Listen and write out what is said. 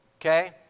okay